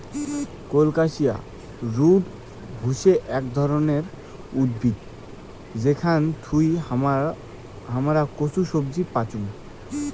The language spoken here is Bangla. কোলকাসিয়া রুট হসে আক ধরণের উদ্ভিদ যেখান থুই হামরা কচু সবজি পাইচুং